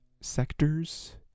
sectors